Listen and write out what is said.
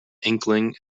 inkling